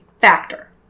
factor